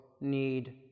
need